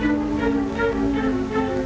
you know